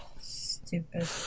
Stupid